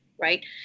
Right